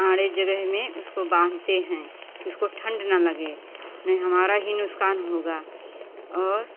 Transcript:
आड़े जगह में उसको बांधते हैं कि उसको ठंड ना लगे उन में हमारा ही नुकसान होगा और